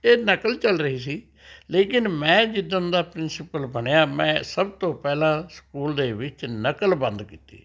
ਇਹ ਨਕਲ਼ ਚੱਲ ਰਹੀ ਸੀ ਲੇਕਿਨ ਮੈਂ ਜਿੱਦਣ ਦਾ ਪ੍ਰਿੰਸੀਪਲ ਬਣਿਆ ਮੈਂ ਸਭ ਤੋਂ ਪਹਿਲਾਂ ਸਕੂਲ ਦੇ ਵਿੱਚ ਨਕਲ ਬੰਦ ਕੀਤੀ